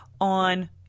on